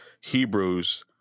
Hebrews